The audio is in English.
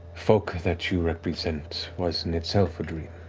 folk that you represent was in itself a dream,